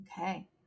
Okay